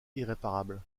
irréparable